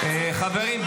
------ חברים,